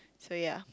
so ya